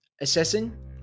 assessing